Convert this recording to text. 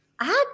add